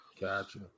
Gotcha